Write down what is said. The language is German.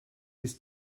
ist